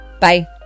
Bye